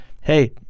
hey